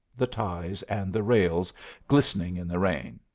the ties, and the rails glistening in the rain.